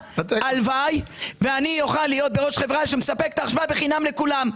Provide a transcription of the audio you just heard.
הלוואי ואני אוכל להיות בראש חברה שמספקת את החשמל בחינם לכולם,